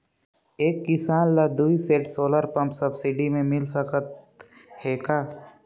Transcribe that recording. एक किसान ल दुई सेट सोलर पम्प सब्सिडी मे मिल सकत हे का?